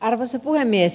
arvoisa puhemies